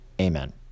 amen